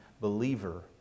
believer